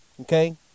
Okay